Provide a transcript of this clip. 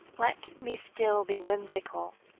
let me still be whimsical,